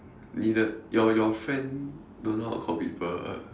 你的 your your friend don't know how to call people ah